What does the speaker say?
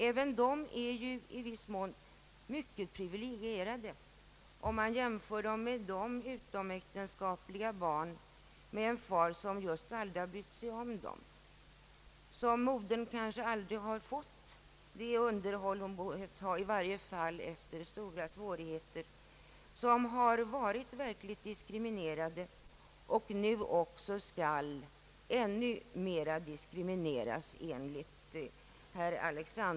Även dessa barn är ju i viss mån mycket privilegierade vid en jämförelse med sådana utomäktenskapliga barn vars fäder knappast ägnar sina barn en tanke och vars mödrar kanske aldrig fått det underhållsbidrag som bort utbetalas och som därför varit verkligt diskriminerade och som nu enligt herr Alexandersons reservation skall diskrimineras i ännu högre grad.